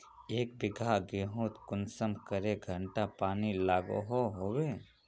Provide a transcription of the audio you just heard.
एक बिगहा गेँहूत कुंसम करे घंटा पानी लागोहो होबे?